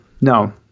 no